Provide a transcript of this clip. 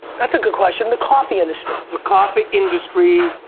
that's a good question. the coffee industry. the coffee industry,